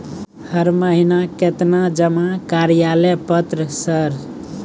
हर महीना केतना जमा कार्यालय पत्र सर?